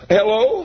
Hello